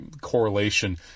correlation